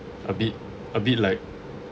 a bit a bit like